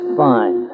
fine